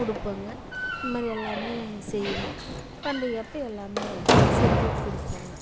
கொடுப்பங்க இந்த மாதிரி எல்லாமே செய்வோம் பண்டிகைப்போ எல்லாமே செஞ்சு கொடுப்பங்க